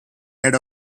head